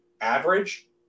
average